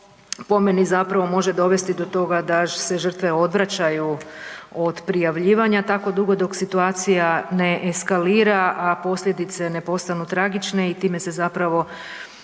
po meni zapravo može dovesti do toga da se žrtve odvraćaju od prijavljivanja tako dugo dok situacija ne eskalira, a posljedice ne postanu tragične i time se zapravo